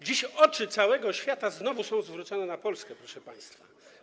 Dziś oczy całego świata znowu są zwrócone na Polskę, proszę państwa.